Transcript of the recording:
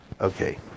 Okay